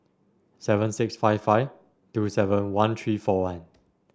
seven six five five two seven one three four one